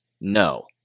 No